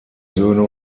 söhne